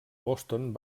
boston